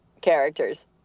characters